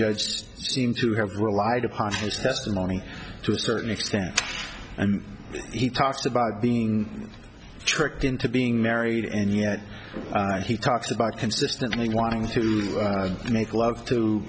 judge seemed to have relied upon his testimony to a certain extent and he talks about being tricked into being married and yet he talks about consistently wanting to make love to